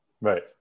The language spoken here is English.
Right